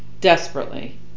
desperately